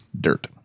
dirt